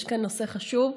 יש כאן נושא חשוב,